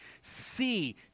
see